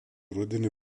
rudenį